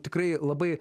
tikrai labai